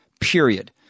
period